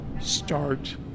start